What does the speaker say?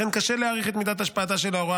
ולכן קשה להעריך את מידת השפעתה של ההוראה